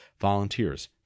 volunteers